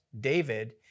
David